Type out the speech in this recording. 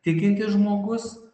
tikintis žmogus